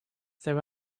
there